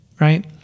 right